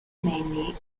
mainly